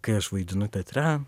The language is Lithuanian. kai aš vaidinu teatre